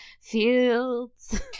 fields